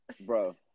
bro